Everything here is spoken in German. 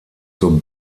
zur